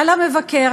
על המבקר,